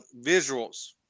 visuals